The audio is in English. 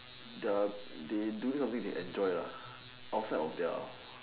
the they doing of it they enjoy outside of their